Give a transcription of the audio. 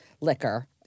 liquor